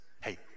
Hey